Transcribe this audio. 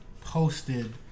posted